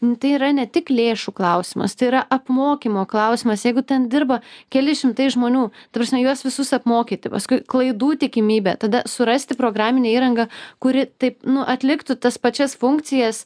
nu tai yra ne tik lėšų klausimas tai yra apmokymo klausimas jeigu ten dirba keli šimtai žmonių ta prasme juos visus apmokyti paskui klaidų tikimybė tada surasti programinę įrangą kuri taip nu atliktų tas pačias funkcijas